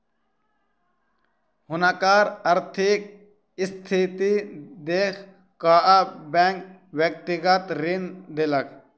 हुनकर आर्थिक स्थिति देख कअ बैंक व्यक्तिगत ऋण देलक